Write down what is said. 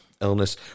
illness